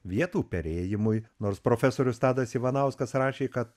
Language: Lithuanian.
vietų perėjimui nors profesorius tadas ivanauskas rašė kad